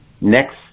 next